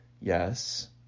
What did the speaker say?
Yes